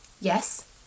Yes